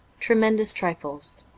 tremendous trifles.